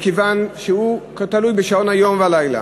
מכיוון שהוא תלוי בשעות היום והלילה.